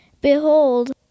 Behold